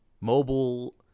Mobile